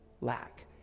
lack